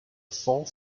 four